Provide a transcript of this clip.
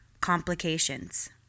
complications